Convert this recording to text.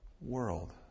world